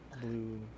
blue